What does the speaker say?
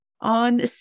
on